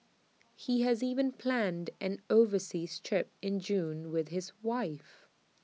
he has even planned an overseas trip in June with his wife